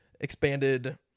expanded